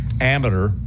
amateur